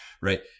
right